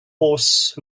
horse